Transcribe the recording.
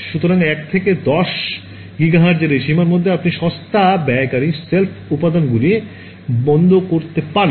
সুতরাং 1 থেকে 10 গিগাহার্টজ এই সীমার মধ্যে আপনি সস্তা ব্যয়কারী শেল্ফ উপাদানগুলি বন্ধ করতে পারেন